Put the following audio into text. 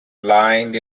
blind